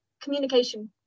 communication